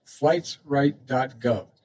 flightsright.gov